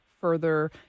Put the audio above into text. further